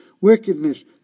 Wickedness